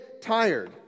tired